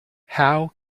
how